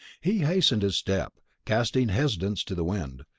he hastened his step, casting hesitance to the wind.